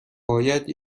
باید